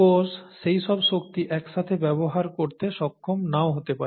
কোষ সেই সব শক্তি একসাথে ব্যবহার করতে সক্ষম নাও হতে পারে